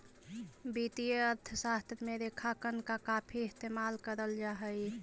वित्तीय अर्थशास्त्र में रेखांकन का काफी इस्तेमाल करल जा हई